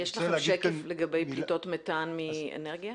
יש לך שקף לגבי פליטות מתאן מאנרגיה?